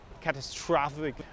catastrophic